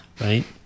right